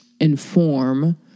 inform